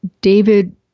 David